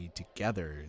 together